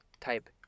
type